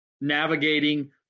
navigating